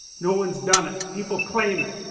no one has done it, people claim it,